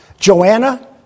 Joanna